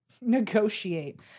negotiate